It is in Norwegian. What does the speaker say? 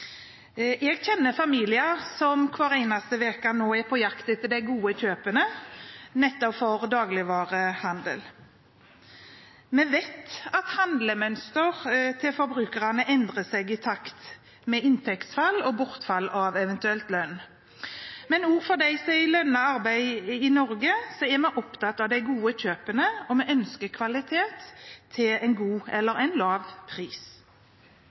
Jeg kjenner familier som hver eneste uke er på jakt etter de gode kjøpene nettopp i dagligvarehandelen. Vi vet at handlemønsteret til forbrukerne endrer seg i takt med inntektsfall og bortfall av eventuell lønn. Men også for dem som er i lønnet arbeid i Norge, er vi opptatt av de gode kjøpene – vi ønsker kvalitet til en god eller til en lav pris.